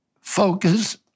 focus